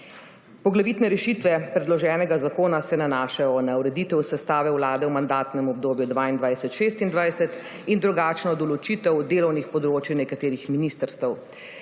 Poglavitne rešitve predloženega zakona se nanašajo na ureditev sestave vlade v mandatnem obdobju 2022−2026 in drugačno določitev delovnih področij nekaterih ministrstev.